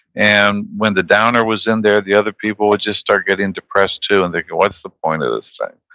and when the downer was in there, the other people would just start getting depressed, too, and they'd go, what's the point of this thing?